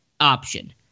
option